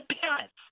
parents